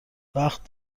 وقت